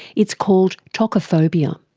it's called tocophobia.